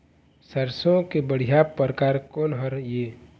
सरसों के बढ़िया परकार कोन हर ये?